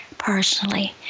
personally